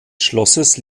schlosses